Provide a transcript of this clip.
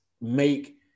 make